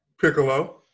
Piccolo